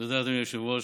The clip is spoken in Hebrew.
תודה, אדוני היושב-ראש.